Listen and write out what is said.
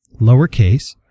lowercase